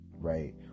right